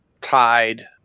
tied